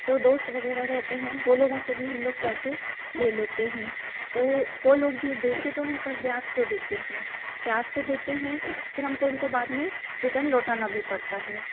जो दोस्ते वगैरह रहते हैं वो लोगों से भी हम लोग पैसे ले लेते हैं तो वो लोग भी देते तो हैं पर ब्याज से देते हैं ब्याज से देते हैं फिर हमको उनको बाद में रिटर्न लौटाना भी पड़ता है